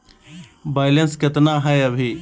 Balance केतना हय अभी?